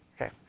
Okay